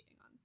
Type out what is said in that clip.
on